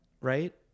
right